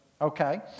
Okay